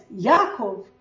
Yaakov